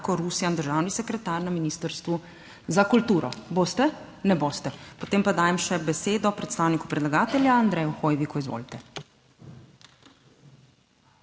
Marko Rusjan, državni sekretar na Ministrstvu za kulturo. Boste? Ne boste? Potem pa dajem še besedo predstavniku predlagatelja, Andreju Hoiviku. Izvolite.